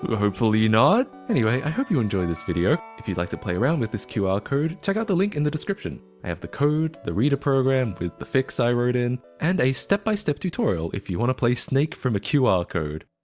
hopefully not? anyway i hope you enjoyed this video. if you'd like to play around with this qr ah code, check out the link in the description. i have the code, the reader program with the fix i wrote in, and a step-by-step tutorial if you'd wanna play snake from a qr ah code.